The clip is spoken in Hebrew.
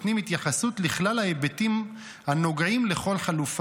התייחסות לכלל ההיבטים הנוגעים לכל חלופה,